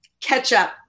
ketchup